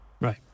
Right